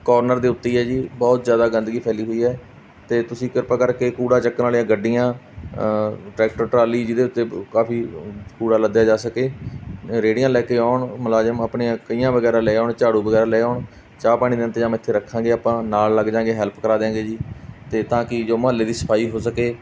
corner ਦੇ ਉੱਤੇ ਹੀ ਹੈ ਜੀ ਬਹੁਤ ਜ਼ਿਆਦਾ ਗੰਦਗੀ ਫੈਲੀ ਹੋਈ ਹੈ ਤਾਂ ਤੁਸੀਂ ਕਿਰਪਾ ਕਰਕੇ ਕੂੜਾ ਚੁੱਕਣ ਵਾਲੀਆਂ ਗੱਡੀਆਂ ਟਰੈਕਟਰ ਟਰਾਲੀ ਜਿਹਦੇ ਉੱਤੇ ਬ ਕਾਫ਼ੀ ਕੂੜਾ ਲੱਦਿਆ ਜਾ ਸਕੇ ਰੇਹੜੀਆਂ ਲੈ ਕੇ ਆਉਣ ਮੁਲਾਜ਼ਮ ਆਪਣੀਆਂ ਕਹੀਆਂ ਵਗੈਰਾ ਲੈ ਆਉਣ ਝਾੜੂ ਵਗੈਰਾ ਲੈ ਆਉਣ ਚਾਹ ਪਾਣੀ ਦਾ ਇੰਤਜਾਮ ਇੱਥੇ ਰੱਖਾਂਗੇ ਆਪਾਂ ਨਾਲ ਲੱਗ ਜਾਵਾਂਗੇ ਹੈਲਪ ਕਰਾ ਦਿਆਂਗੇ ਜੀ ਤੇ ਤਾਂ ਕਿ ਮੁਹੱਲੇ ਦੀ ਸਫਾਈ ਹੋ ਸਕੇ